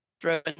throwing